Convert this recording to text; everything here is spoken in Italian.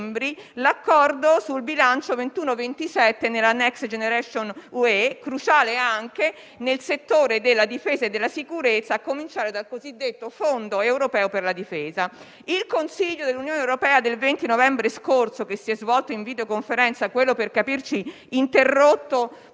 l'Accordo sul bilancio 2021-2027 nella Next generation EU, cruciale anche nel settore della difesa e della sicurezza, a cominciare dal cosiddetto Fondo europeo per la difesa. Il Consiglio dell'Unione europea del 20 novembre scorso, che si è svolto in videoconferenza - quello, per intenderci, interrotto